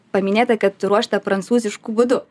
paminėta kad ruošta prancūzišku būdu